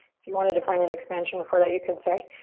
if you wanted to find an expansion but for that you could, sorry.